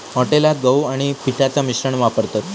हॉटेलात गहू आणि पिठाचा मिश्रण वापरतत